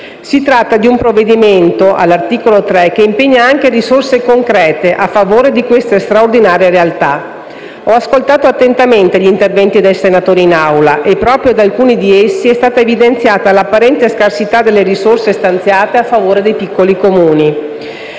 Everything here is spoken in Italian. Si tratta di un provvedimento che, all'articolo 3, impegna anche risorse concrete a favore di queste straordinarie realtà. Ho ascoltato attentamente gli interventi dei senatori in Aula e proprio da alcuni di essi è stata evidenziata l'apparente scarsità delle risorse stanziate a favore dei piccoli Comuni.